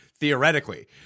theoretically